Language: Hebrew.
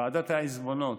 ועדת העיזבונות